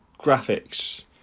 graphics